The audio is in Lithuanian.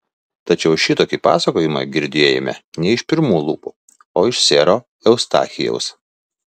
tačiau šitokį pasakojimą girdėjome ne iš pirmų lūpų o iš sero eustachijaus